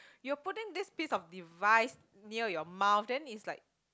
you're putting this piece of device near your mouth then is like